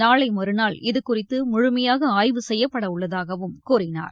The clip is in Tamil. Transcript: நாளை மறுநாள் இதுகுறித்து முழுமையாக ஆய்வு செய்யப்படவுள்ளதாகவும் கூறினார்